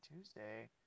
Tuesday